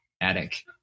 attic